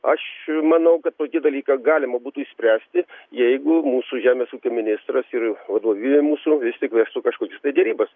aš manau kad tokį dalyką galima būtų išspręsti jeigu mūsų žemės ūkio ministras ir vadovybė mūsų vis tik vestų kažkokias tai derybas